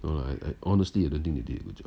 no lah I I honestly ah I don't think they did a good job